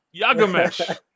Yagamesh